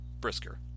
Brisker